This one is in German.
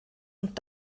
und